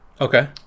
Okay